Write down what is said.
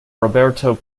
roberto